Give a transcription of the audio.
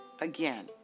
again